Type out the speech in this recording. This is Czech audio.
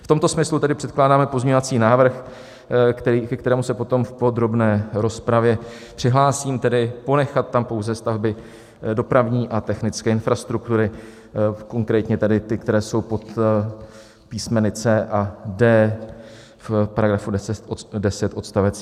V tomto smyslu tedy předkládáme pozměňovací návrh, ke kterému se potom v podrobné rozpravě přihlásím, tedy ponechat tam pouze stavby dopravní a technické infrastruktury, konkrétně tedy ty, které jsou pod písmeny C a D v § 10 odst.